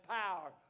power